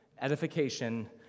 Edification